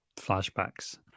flashbacks